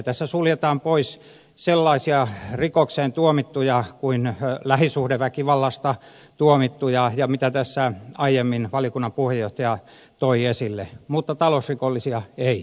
tässä suljetaan pois sellaisia rikokseen tuomittuja kuin lähisuhdeväkivallasta tuomittuja ja mitä tässä aiemmin valiokunnan puheenjohtaja toi esille mutta talousrikollisia ei